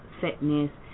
fitness